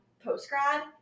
post-grad